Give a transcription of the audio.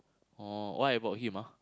oh why about him ah